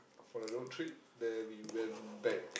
for the road trip then we went back